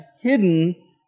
hidden